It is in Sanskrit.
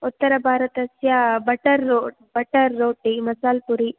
उत्तरभारतस्य बटर् रो बटर् रोटि मसाल् पुरि